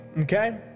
okay